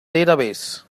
database